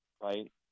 right